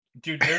Dude